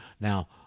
Now